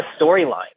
storyline